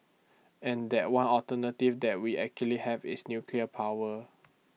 and that one alternative that we actually have is nuclear power